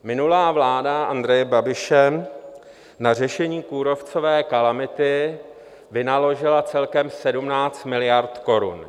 Minulá vláda Andreje Babiše na řešení kůrovcové kalamity vynaložila celkem 17 miliard korun.